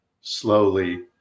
slowly